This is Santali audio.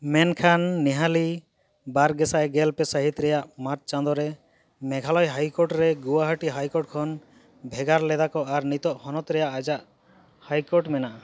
ᱢᱮᱱᱠᱷᱟᱱ ᱱᱮᱦᱟᱞᱤ ᱵᱟᱨᱜᱮᱥᱟᱭ ᱜᱮᱞᱯᱮ ᱥᱟᱹᱦᱤᱛ ᱨᱮᱭᱟᱜ ᱢᱟᱨᱪ ᱪᱟᱸᱫᱳᱨᱮ ᱢᱮᱜᱷᱟᱞᱚᱭ ᱦᱟᱭᱠᱳᱴᱨᱮ ᱜᱳᱦᱟᱴᱤ ᱦᱟᱭᱠᱳᱴ ᱠᱷᱚᱱ ᱵᱷᱮᱜᱟᱨ ᱞᱮᱫᱟ ᱠᱚ ᱟᱨ ᱱᱤᱛᱚᱜ ᱦᱚᱱᱚᱛ ᱨᱮᱭᱟᱜ ᱟᱡᱟᱜ ᱦᱟᱭᱠᱳᱴ ᱢᱮᱱᱟᱜᱼᱟ